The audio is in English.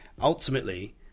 ultimately